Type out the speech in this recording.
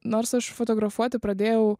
nors aš fotografuoti pradėjau